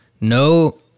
no